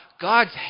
God's